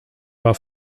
war